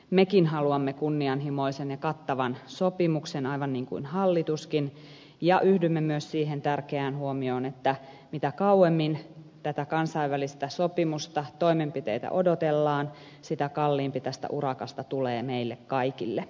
mekin haluamme kunnianhimoisen ja kattavan sopimuksen aivan niin kuin hallituskin ja yhdymme myös siihen tärkeään huomioon että mitä kauemmin tätä kansainvälistä sopimusta toimenpiteitä odotellaan sitä kalliimpi tästä urakasta tulee meille kaikille